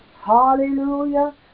Hallelujah